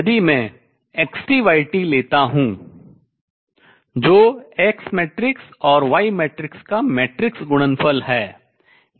यदि मैं xtyt लेता हूँ जो X मैट्रिक्स और Y मैट्रिक्स का मैट्रिक्स गुणनफल है